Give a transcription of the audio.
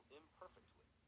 imperfectly